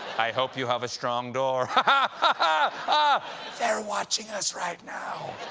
i hope you have a strong door. ah ah they're watching us right now.